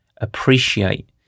appreciate